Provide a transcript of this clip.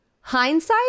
hindsight